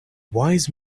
wise